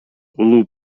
улуу